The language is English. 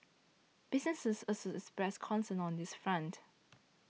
businesses also expressed concern on this front